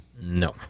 No